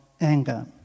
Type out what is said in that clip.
anger